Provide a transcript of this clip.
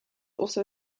also